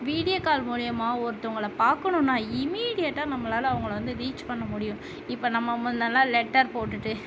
video call மூலயமாவும் ஒருத்தவங்களை பார்க்கணும்னா இம்மீடியட்டாக நம்மளால் அவங்களை வந்து ரீச் பண்ண முடியும் இப்போ நம்ம வந்து லெட்டர் போட்டுகிட்டு